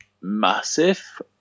massive